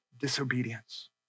disobedience